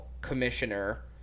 commissioner